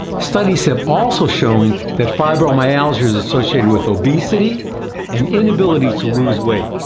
studies have also shown that fibromyalgia is associated with obesity and inability to lose weight.